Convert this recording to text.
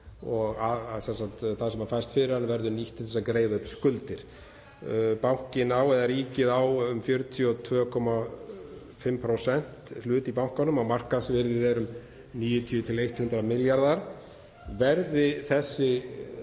og það sem fæst fyrir hann verður nýtt til þess að greiða upp skuldir. Ríkið á um 42,5% hlut í bankanum og markaðsvirðið er 90–100 milljarðar. Verði þessi